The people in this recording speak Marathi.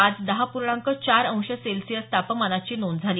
आज दहा पूर्णांक चार अंश सेल्सिअस तापमानाची नोंद झाली